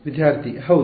ವಿದ್ಯಾರ್ಥಿ ಹೌದು